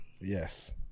Yes